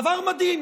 זה דבר מדהים,